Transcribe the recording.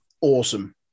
Awesome